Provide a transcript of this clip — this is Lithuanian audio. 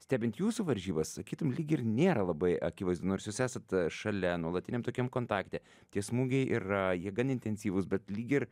stebint jūsų varžybas sakytum lyg ir nėra labai akivaizdu nors jūs esat šalia nuolatiniam tokiam kontakte tie smūgiai yra jie gan intensyvūs bet lyg ir